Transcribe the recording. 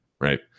right